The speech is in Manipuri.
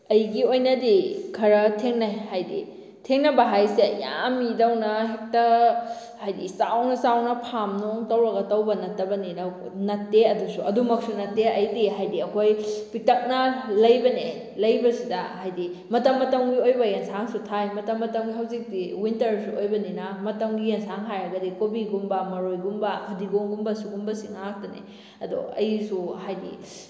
ꯑꯩꯒꯤ ꯑꯣꯏꯅꯗꯤ ꯈꯔ ꯊꯦꯡꯅꯩ ꯍꯥꯏꯗꯤ ꯊꯦꯡꯅꯕ ꯍꯥꯏꯁꯦ ꯌꯥꯝ ꯃꯤꯗꯧꯅ ꯍꯦꯛꯇ ꯍꯥꯏꯗꯤ ꯆꯥꯎꯅ ꯆꯥꯎꯅ ꯐꯥꯔꯝ ꯅꯨꯡ ꯇꯧꯔꯒ ꯇꯧꯕ ꯅꯠꯇꯕꯅꯤꯅ ꯅꯠꯇꯦ ꯑꯗꯨꯁꯨ ꯑꯗꯨꯃꯛꯁꯨ ꯅꯠꯇꯦ ꯑꯩꯗꯤ ꯍꯥꯏꯗꯤ ꯑꯩꯈꯣꯏ ꯄꯤꯛꯇꯛꯅ ꯂꯩꯕꯅꯦ ꯂꯩꯕꯁꯤꯗ ꯍꯥꯏꯗꯤ ꯃꯇꯝ ꯃꯇꯝꯒꯤ ꯑꯣꯏꯕ ꯑꯦꯟꯁꯥꯡꯁꯨ ꯊꯥꯏ ꯃꯇꯝ ꯃꯇꯝ ꯍꯧꯖꯤꯛꯇꯤ ꯋꯤꯟꯇꯔꯁꯨ ꯑꯣꯏꯕꯅꯤꯅ ꯃꯇꯝꯒꯤ ꯏꯟꯁꯥꯡ ꯍꯥꯏꯔꯒꯗꯤ ꯀꯣꯕꯤꯒꯨꯝꯕ ꯃꯔꯣꯏꯒꯨꯝꯕ ꯐꯗꯤꯒꯣꯝꯒꯨꯝꯕ ꯁꯤꯒꯨꯝꯕꯁꯦ ꯉꯥꯛꯇꯅꯦ ꯑꯗꯣ ꯑꯩꯁꯨ ꯍꯥꯏꯗꯤ